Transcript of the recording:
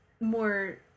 more